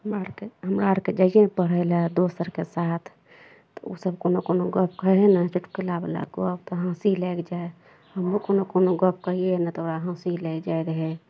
हमरा आरके हमरा आरके जइए पढ़य लए दोस्त अरके साथ तऽ ओसभ कोनो कोनो गप्प कहय ने चुटकुलावला गप्प तऽ हँसी लागि जाइ हमहुँ कोनो कोनो गप्प कहियै ने तऽ ओकरा हँसी लागि जाइ रहय